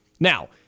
Now